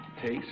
Taste